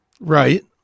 right